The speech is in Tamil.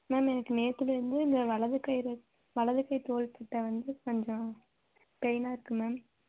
மேம் எனக்கு நேற்றிலருந்து இந்த வலது கை வலது கை தோள்பட்டை வந்து கொஞ்சம் பெய்னாக இருக்குது மேம்